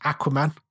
Aquaman